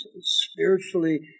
spiritually